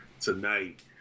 Tonight